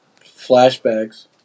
Flashbacks